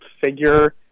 figure